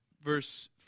verse